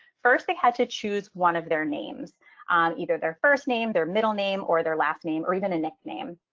first, they had to choose one of their names on either their first name, their middle name or their last name or even a nickname.